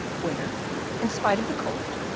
where in spite of the cold,